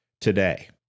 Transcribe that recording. today